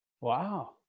Wow